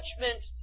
judgment